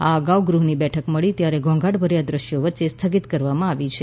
આ અગાઉ ગૃહની બેઠક મળી ત્યારે ઘોંઘાટભર્યા દ્રશ્યો વચ્ચે સ્થગિત કરવામાં આવી છે